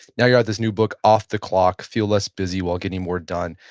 now you got this new book off the clock feel less busy while getting more done.